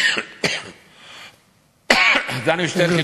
אני אתייחס?